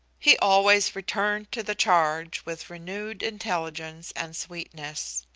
he always returned to the charge with renewed intelligence and sweetness.